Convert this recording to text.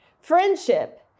Friendship